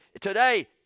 today